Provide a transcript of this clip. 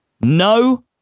No